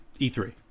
E3